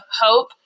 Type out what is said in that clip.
hope